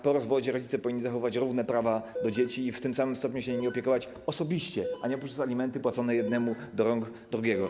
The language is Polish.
Po rozwodzie rodzice powinni zachowywać równe prawa do dzieci i w tym samym stopniu się nimi opiekować osobiście, a nie poprzez alimenty płacone jednemu do rąk drugiego.